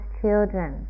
children